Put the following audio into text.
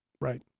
Right